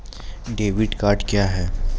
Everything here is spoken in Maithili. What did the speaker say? डेबिट कार्ड क्या हैं?